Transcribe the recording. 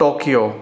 Tokyo